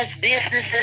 businesses